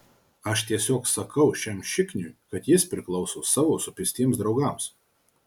aš tiesiog sakau šiam šikniui kad jis priklauso savo supistiems draugams